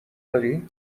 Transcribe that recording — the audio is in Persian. داری